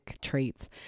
traits